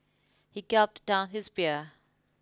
he gulped down his beer